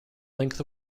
length